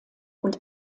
und